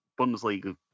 Bundesliga